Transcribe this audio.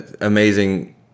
amazing